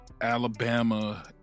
Alabama